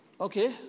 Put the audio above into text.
Okay